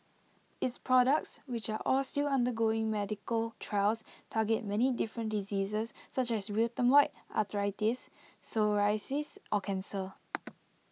its products which are all still undergoing medical trials target many different diseases such as rheumatoid arthritis psoriasis or cancer